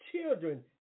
children